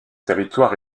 territoire